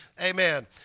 Amen